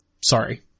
Sorry